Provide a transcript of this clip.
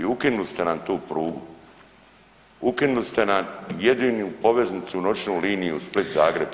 I ukinuli ste nam tu prugu, ukinuli ste nam jedinu poveznicu noćnu liniju Split-Zagreb.